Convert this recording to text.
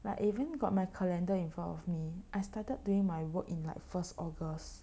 but even got my calendar in front of me I started doing my work in like first August